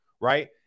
right